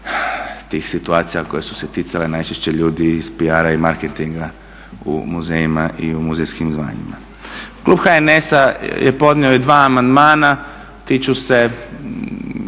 tih situacija koje su se ticale najčešće ljudi iz PR-a i marketinga u muzejima i u muzejskim zvanjima. Klub HNS-a je podnio i dva amandmana tiču se